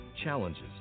Challenges